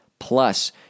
Plus